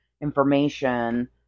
information